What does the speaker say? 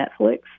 Netflix